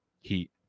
Heat